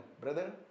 Brother